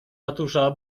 ratusza